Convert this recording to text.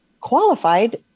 qualified